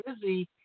busy